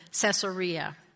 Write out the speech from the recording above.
Caesarea